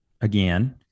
again